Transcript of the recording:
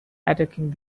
attacking